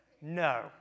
No